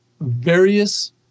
various